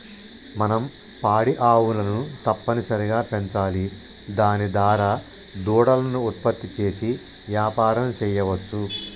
మనం పాడి ఆవులను తప్పనిసరిగా పెంచాలి దాని దారా దూడలను ఉత్పత్తి చేసి యాపారం సెయ్యవచ్చు